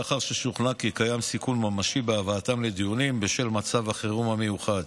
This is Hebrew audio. לאחר ששוכנע כי קיים סיכון ממשי בהבאתם לדיונים בשל מצב החירום המיוחד.